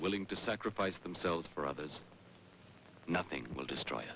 willing to sacrifice themselves for others nothing will destroy